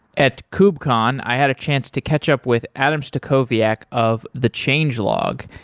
at kubecon i had a chance to catch up with adam stacoviak of the changelog,